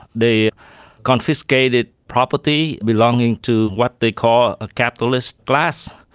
they confiscated property belonging to what they call a capitalist class,